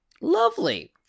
Lovely